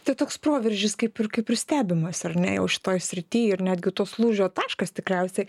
tai toks proveržis kaip ir kaip ir stebimas ar ne jau šitoj srity ir netgi tuos lūžio taškas tikriausiai